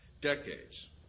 decades